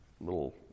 little